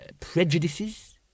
prejudices